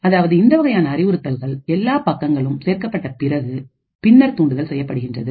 அதனால் இந்த வகையான அறிவுறுத்தல்கள்இஇன் இட் எல்லா பக்கங்களும் சேர்க்கப்பட்ட பிறகு பின்னர் தூண்டுதல் செய்யப்படுகிறது